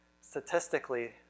Statistically